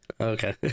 Okay